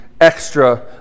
extra